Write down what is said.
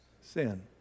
sin